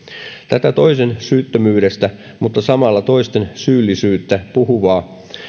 tätä toisen syyttömyydestä mutta samalla toisten syyllisyydestä puhuvan